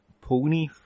pony